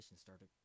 started